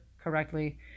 correctly